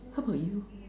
how about you